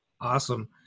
Awesome